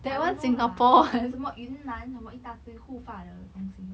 I don't know lah 什么云南什么一大堆护发的东西